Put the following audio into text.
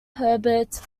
herbert